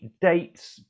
dates